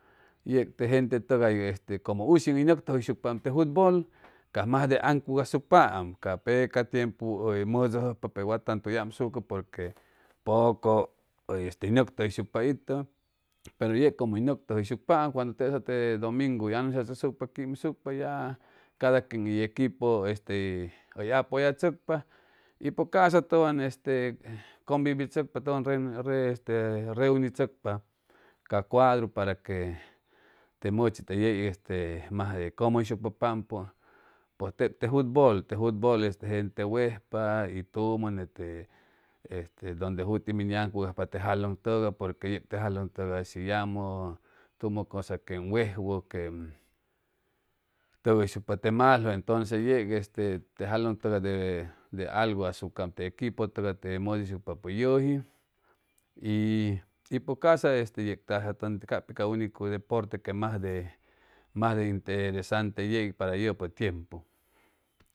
Jec te jengte togar como ushing bj noctoyor-shucpa te jutbol ca mas de angucashucpaam ca peca tiempo di modujopa pe wa tangtu gj amsucte por que pucu bj noctoyor-shucpa lto pero jec como bj noctoyor-shucpaam tesa le domingu o anunciatusucupa quimsucpa ja cada quien y equipo te bj apajatuscopa pos caso towag este ton comubitscupa ton reguijtscopa ca cuidad para que te muchti te jey te mas de comyshucbpampo pos teb te futbol te jutbol teb jente wejpa tuma gete este donde juti mid um jongugopa te jolong togay por que jec te jolong togoy shi yamo tuma cosa quema wejwuo togor-shucpa temal entonces jec este te jolong tugar de algu asucuam de equipo te modagsucpapa jeyj y pos caso este canpi ca unico deporte que masde masde interesante jey para jopo tiempo.